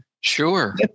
Sure